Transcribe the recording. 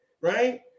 right